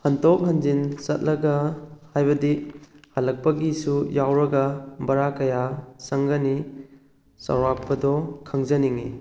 ꯍꯟꯇꯣꯛ ꯍꯟꯖꯤꯟ ꯆꯠꯂꯒ ꯍꯥꯏꯕꯗꯤ ꯍꯜꯂꯛꯄꯒꯤꯁꯨ ꯌꯥꯎꯔꯒ ꯕꯔꯥ ꯀꯌꯥ ꯆꯪꯒꯅꯤ ꯆꯧꯔꯥꯛꯄꯗꯣ ꯈꯪꯖꯅꯤꯡꯉꯤ